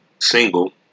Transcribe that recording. single